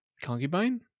concubine